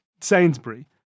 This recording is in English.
Sainsbury